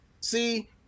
see